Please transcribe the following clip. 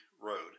road